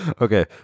Okay